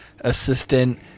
assistant